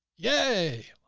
yay.